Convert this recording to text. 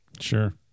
Sure